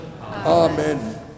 Amen